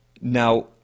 Now